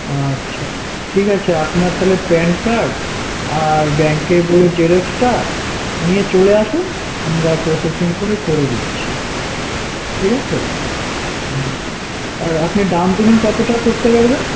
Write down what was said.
আচ্ছা ঠিক আছে আপনার তাহলে প্যান কার্ড আর ব্যাঙ্কের বইয়ের জেরক্সটা নিয়ে চলে আসুন আমরা প্রসেসিং করে করে দিচ্ছি ঠিক আছে হুম আর আপনি ডাউনপেমেন্ট কতটা করতে পারবেন